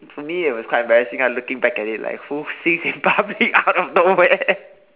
for me it was quite embarrassing ah looking back at it like who sings in public out of nowhere